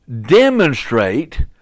demonstrate